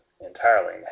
entirely